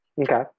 Okay